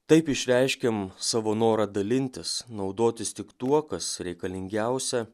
taip išreiškiam savo norą dalintis naudotis tik tuo kas reikalingiausia